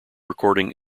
recording